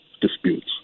disputes